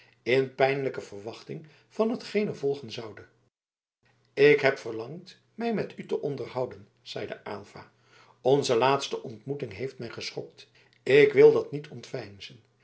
in pijnlijke verwachting van hetgeen er volgen zoude ik heb verlangd mij met u te onderhouden zeide aylva onze laatste ontmoeting heeft mij geschokt ik wil dat niet ontveinzen